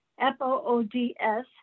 F-O-O-D-S